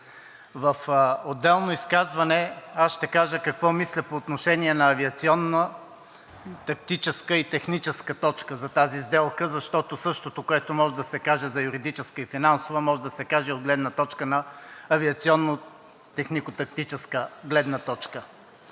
В отделно изказване аз ще кажа какво мисля по отношение на авиационно-тактическа и техническа точка за тази сделка, защото същото, което може да се каже за юридическа и финансова, може да се каже и за авиационна технико-тактическа гледна точка.